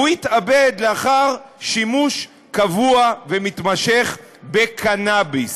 והוא התאבד לאחר שימוש קבוע ומתמשך בקנאביס.